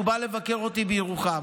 הוא בא לבקר אותי בירוחם